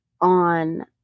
on